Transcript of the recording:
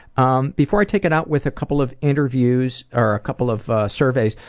um before i take it out with a couple of interviews, or a couple of surveys,